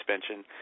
suspension